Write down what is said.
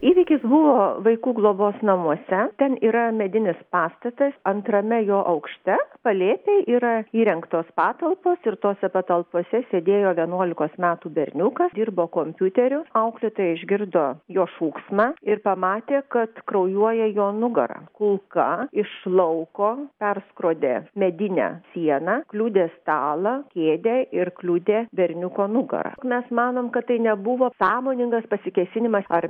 įvykis buvo vaikų globos namuose ten yra medinis pastatas antrame jo aukšte palėpėj yra įrengtos patalpos ir tose patalpose sėdėjo vienuolikos metų berniukas dirbo kompiuteriu auklėtoja išgirdo jo šūksmą ir pamatė kad kraujuoja jo nugara kulka iš lauko perskrodė medinę sieną kliudė stalą kėdę ir kliudė berniuko nugarą mes manom kad tai nebuvo sąmoningas pasikėsinimas ar